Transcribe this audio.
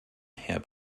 herr